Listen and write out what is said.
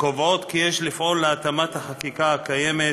הקובעות כי יש לפעול להתאמת החקיקה הקיימת